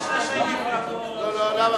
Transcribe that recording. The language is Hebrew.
יש ראשי מפלגות, לא, לא.